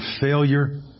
failure